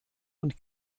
und